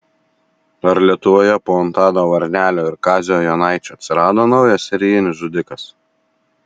ar lietuvoje po antano varnelio ir kazio jonaičio atsirado naujas serijinis žudikas